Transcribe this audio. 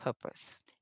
purpose